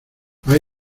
hay